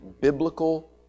biblical